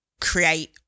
create